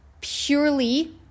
purely